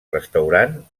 restaurant